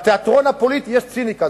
בתיאטרון הפוליטי יש ציניקה.